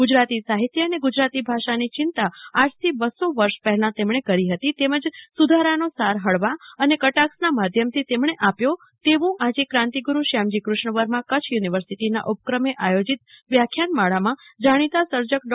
ગુજરાતી સાહિત્ય અને ગુજરાતી ભાષાની ચિંતા આજથી બસો વર્ષ પહેલાં તેમણે કરી હતી તેમજ સુધારાનો સાર હળવા અને કટાક્ષના માધ્યમથી તેમણે આપ્યો તેવું આજે ક્રાંતિગુરુ શ્યામજી કૃષ્ણવર્મા કચ્છ યુનિવર્સિટીના ઉપક્રમે આયોજિત વ્યાખ્યાનમાળામાં જાણીતા સર્જક ડો